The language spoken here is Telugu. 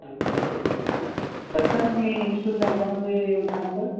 ఓకె ఓకె ఓకె ఓకె ప్రస్తుతానికి మీ ఇన్స్టిట్యూట్లో ఎంత మంది ఉంటున్నారు సార్